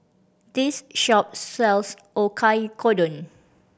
this shop sells Oyakodon